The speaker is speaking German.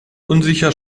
unsicher